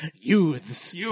youths